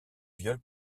viol